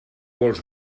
vols